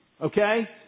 Okay